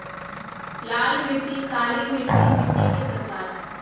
लाल मिट्टी, काली मिट्टी मिट्टी के प्रकार हय